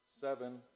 seven